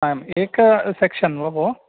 आम् एकं सेक्शन् वा भोः